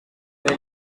made